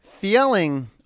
Feeling